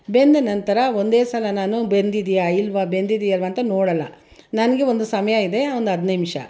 ಬೆಂದ ನಂತರ ಒಂದೇ ಸಲ ನಾನು ಬೆಂದಿದೆಯಾ ಇಲ್ವ ಬೆಂದಿದೆಯಾ ಇಲ್ವ ಅಂತ ನೋಡೋಲ್ಲ ನನಗೆ ಒಂದು ಸಮಯ ಇದೆ ಒಂದು ಹದಿನೈದು ನಿಮಿಷ